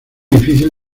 difícil